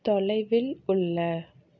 தொலைவில் உள்ள